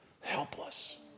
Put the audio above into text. helpless